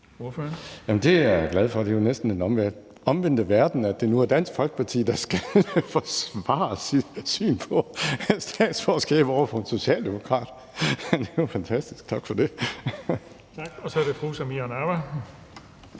Det er jeg glad for. Det er jo næsten den omvendte verden, at det nu er Dansk Folkeparti, der skal forsvare sit syn på dansk statsborgerskab over for en socialdemokrat – det er jo fantastisk! Tak for det. Kl. 19:00 Den fg. formand